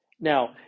now